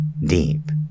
deep